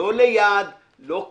לא ליד, לא כאילו,